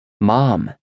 Mom